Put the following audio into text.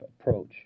approach